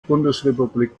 bundesrepublik